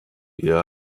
hier